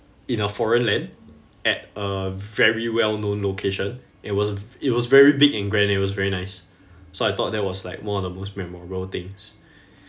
in a foreign land at a very well known location it was f~ it was very big and grand it was very nice so I thought that was like more on the most memorable things